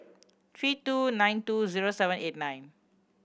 three two nine two zero seven eight nine